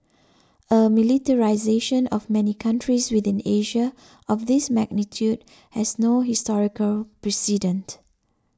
a militarisation of many countries within Asia of this magnitude has no historical precedent